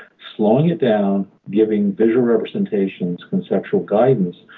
slowing it down, giving visual representations, conceptual guidance,